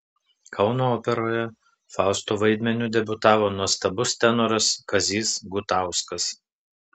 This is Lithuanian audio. kauno operoje fausto vaidmeniu debiutavo nuostabus tenoras kazys gutauskas